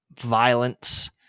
violence